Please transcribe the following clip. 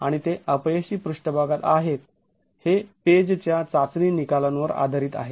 आणि ते अपयशी पृष्ठभाग आहेत हे पेज च्या चाचणी निकालांवर आधारित आहे